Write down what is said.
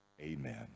Amen